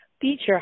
feature